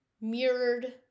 mirrored